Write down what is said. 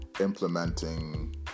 implementing